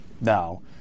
Now